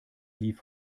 lief